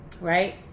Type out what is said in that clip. right